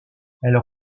elle